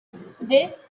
this